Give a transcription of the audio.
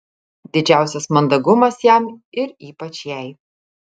didžiausias mandagumas jam ir ypač jai